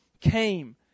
came